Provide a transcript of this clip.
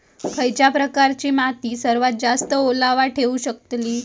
खयच्या प्रकारची माती सर्वात जास्त ओलावा ठेवू शकतली?